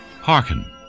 Hearken